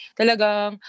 talagang